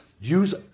Use